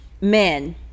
men